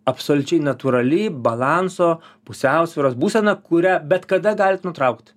absoliučiai natūrali balanso pusiausvyros būsena kurią bet kada galit nutraukt